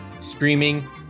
Streaming